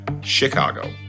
Chicago